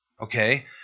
okay